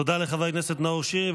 תודה לחבר הכנסת נאור שירי,